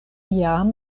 jam